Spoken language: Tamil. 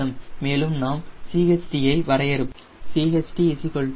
மேலும் நாம் CHT ஐ வரையறுப்போம்